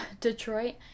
Detroit